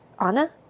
Anna